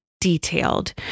detailed